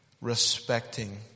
Respecting